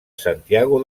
santiago